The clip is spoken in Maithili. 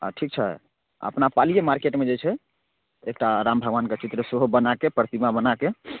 आ ठीक छै अपना पालीए मार्केटमे जे छै एकटा राम भगवानके चित्र सेहो बना कऽ प्रतिमा बना कऽ